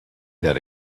that